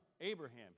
Abraham